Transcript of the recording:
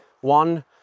One